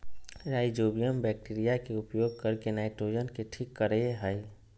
rhizobium bacteria के उपयोग करके नाइट्रोजन के ठीक करेय हइ